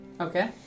Okay